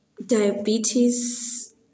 Diabetes